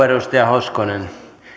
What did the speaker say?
edustaja hoskonen